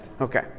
Okay